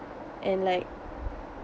and like